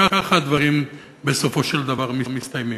וככה הדברים בסופו של דבר מסתיימים.